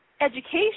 education